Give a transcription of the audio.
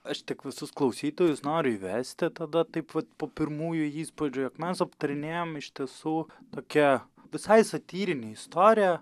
aš tik visus klausytojus noriu įvesti tada taip vat po pirmųjų įspūdžių jog mes aptarinėjam iš tiesų tokią visai satyrinę istoriją